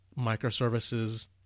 microservices